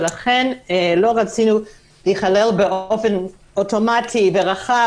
ולכן לא רצינו להיכלל באופן אוטומטי ורחב,